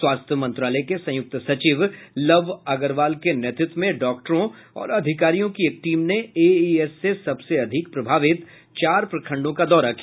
स्वास्थ्य मंत्रालय के संयुक्त सचिव लव अग्रवाल के नेतृत्व में डॉक्टरों और अधिकारियों की एक टीम ने एईएस से सबसे अधिक प्रभावित चार प्रखंडों का दौरा किया